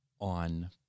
on